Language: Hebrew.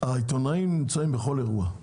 העיתונאים נמצאים בכל אירוע.